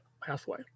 pathway